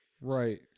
Right